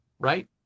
right